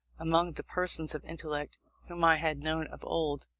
among the persons of intellect whom i had known of old,